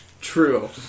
True